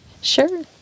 sure